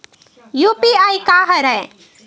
UPI का हरय?